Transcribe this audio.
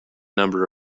number